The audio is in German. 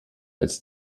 als